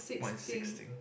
one sixty